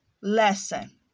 lesson